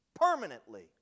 permanently